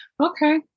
Okay